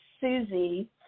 Susie